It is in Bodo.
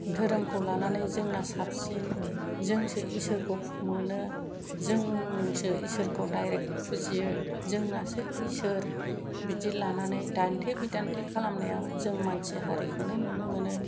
धोरोमखौ लानानै जोंना साबसिन जोंसो ईसोरखौ मोनो जोंसो ईसोरखौ दाइरेक्ट फुजियो जोंनासो ईसोर बिदि लानानै दान्थे बिदान्थे खालामनायाव जों मानसि हारिखौनो नुनो मोनो